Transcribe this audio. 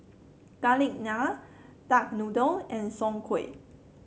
Garlic Naan Duck Noodle and Soon Kuih